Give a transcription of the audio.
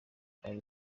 ari